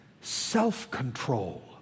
Self-control